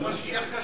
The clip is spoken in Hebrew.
הוא לא משגיח כשרות.